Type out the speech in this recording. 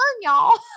y'all